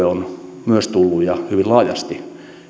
on tullut ja hyvin laajasti